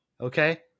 Okay